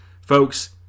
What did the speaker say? Folks